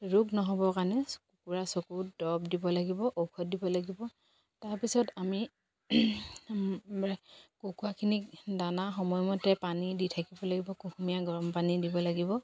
ৰোগ নহ'বৰ কাৰণে কুকুৰা চকুত দৰৱ দিব লাগিব ঔষধ দিব লাগিব তাৰপিছত আমি কুকুৰাখিনিক দানা সময়মতে পানী দি থাকিব লাগিব কুহুমীয়া গৰম পানী দিব লাগিব